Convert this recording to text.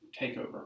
takeover